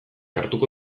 hartuko